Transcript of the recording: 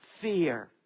fear